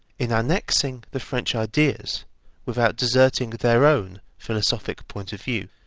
in annexing the french ideas without deserting their own philosophic point of view.